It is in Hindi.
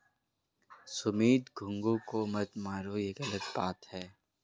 सुमित घोंघे को मत मारो, ये गलत बात है